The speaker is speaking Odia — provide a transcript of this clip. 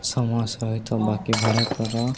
ସମୟ ସହିତ ବାକି ଭାରତର